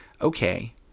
okay